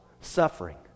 suffering